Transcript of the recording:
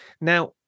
Now